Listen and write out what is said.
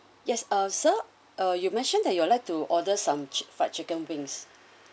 yes uh sir uh you mentioned that you'd like to order some fried chicken wings